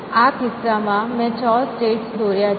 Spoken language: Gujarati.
આ કિસ્સામાં મેં 6 સ્ટેટ્સ દોર્યા છે